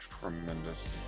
tremendous